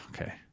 okay